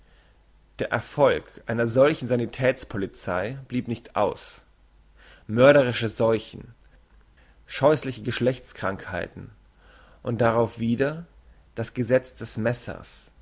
der erfolg einer solchen sanitäts polizei blieb nicht aus mörderische seuchen scheussliche geschlechtskrankheiten und darauf hin wieder das gesetz des messers